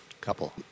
couple